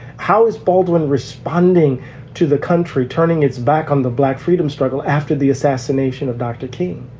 how is baldwin responding to the country, turning its back on the black freedom struggle after the assassination of dr. king?